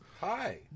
Hi